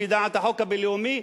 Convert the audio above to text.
לפי דעת החוק הבין לאומי,